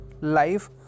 life